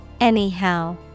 Anyhow